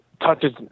touches